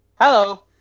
Hello